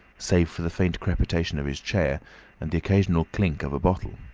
save for the faint crepitation of his chair and the occasional clink of a bottle.